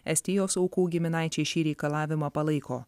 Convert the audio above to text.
estijos aukų giminaičiai šį reikalavimą palaiko